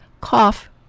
cough